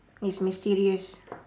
it's mysterious